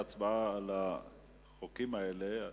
ההצבעה על החוקים האלה,